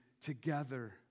together